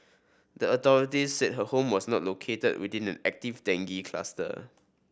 the authorities said her home was not located within an active dengue cluster